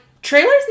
Trailers